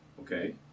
okay